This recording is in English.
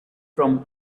from